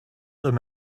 them